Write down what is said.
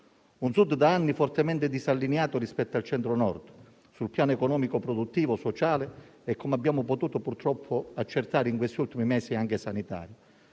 Un Sud da anni fortemente disallineato rispetto al Centro-Nord sul piano economico, produttivo, sociale e, come abbiamo potuto purtroppo accertare in questi ultimi mesi, anche sanitario.